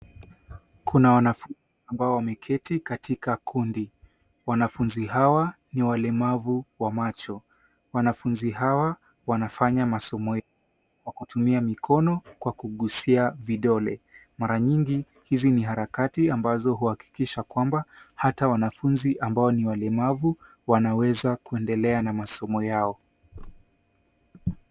Kuna wanafunzi ambao wameketi katika kundi. Wanafunzi hawa ni walemavu wa macho. Wanafunzi hawa wanafanya masomo kwa kutumia mikono kwa kugusia vidole. Mara nyingi, hizi ni harakati ambazo huhakikisha kwamba hata wanafunzi ambao ni walemavu wanaweza kuendelea na masomo yao.